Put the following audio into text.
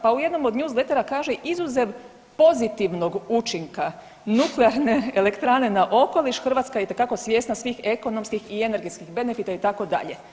Pa u jednom od newslettera kaže, izuzev pozitivnog učinka nuklearne elektrane na okoliš, Hrvatska je itekako svjesna svih ekonomskih i energetskih benefita, itd.